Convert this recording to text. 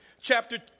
Chapter